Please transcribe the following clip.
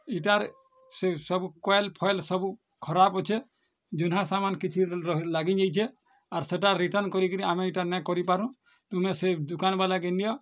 ଇଟାରେ ସେ ସବୁ କଏଲ୍ ଫଏଲ୍ ସବୁ ଖରାପ୍ ଅଛେଁ ଜୁହ୍ନା ସମାନ୍ କିଛି ର ଲାଗି ଯାଇଛେ ଆର୍ ସେଇଟା ରିଟର୍ଣ୍ଣ କରିକିରି ଆମେ ଇଟା ନେ କରିପାରୁଁ ତୁମେ ସେ ଦୁକାନ୍ ବାଲା କେ ନିଅ